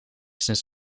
sinds